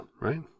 right